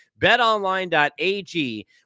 betonline.ag